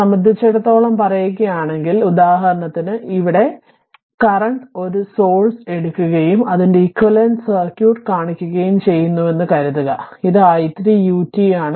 സംബന്ധിച്ചിടത്തോളം പറയുകയാണെങ്കിൽ ഉദാഹരണത്തിന് ഇവിടെ കറന്റ് ഒരു സോഴ്സ് i3u എടുക്കുകയും അതിന്റെ ഇക്വിവാലെന്റ സർക്യൂട്ട് കാണിക്കുകയും ചെയ്യുന്നുവെന്ന് കരുതുക ഇത് i3ut ആണ്